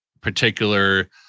particular